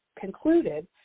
concluded